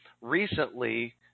recently